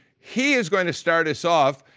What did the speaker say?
he is going to start us off.